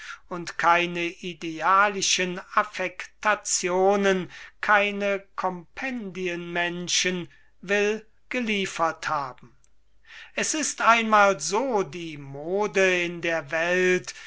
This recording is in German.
und keine idealischen affektationen keine kompendienmenschen will geliefert haben es ist einmal so die mode in der welt